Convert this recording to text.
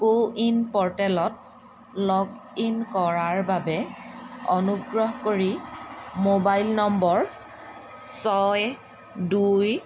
কো in প'ৰ্টেলত log in কৰাৰ বাবে অনুগ্ৰহ কৰি ম'বাইল নম্বৰ ছয় দুই